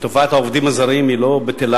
תופעת העובדים הזרים היא לא בטלה,